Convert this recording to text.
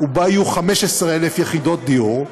ובה יהיו 15,000 יחידות דיור.